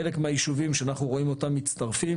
חלק מהיישובים שאנחנו רואים אותם מצטרפים,